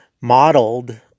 modeled